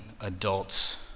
adults